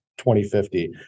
2050